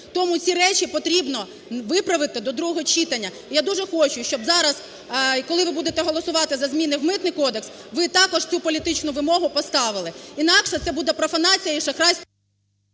Тому ці речі потрібно виправити до другого читання. Я дуже хочу, щоб зараз, коли ви будете голосувати за зміни в Митний кодекс, ви також цю політичну вимогу поставили. Інакше це буде профанація і шахрайство...